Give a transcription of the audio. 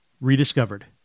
rediscovered